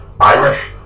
Irish